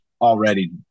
already